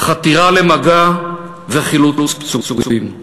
חתירה למגע וחילוץ פצועים.